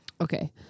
Okay